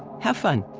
have fun!